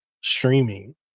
streaming